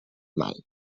mai